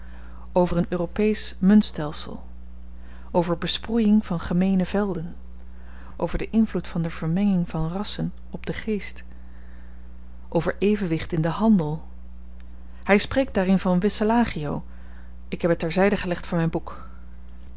over een europeesch muntstelsel over besproejing van gemeene velden over den invloed van de vermenging van rassen op den geest over evenwicht in den handel hy spreekt daarin van wisselagio ik heb het ter zy gelegd voor myn boek